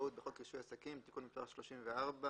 בנושא תיקון טעות בחוק רישוי עסקים (תיקון מס' 34),